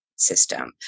system